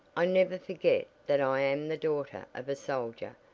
i never forget that i am the daughter of a soldier,